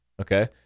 okay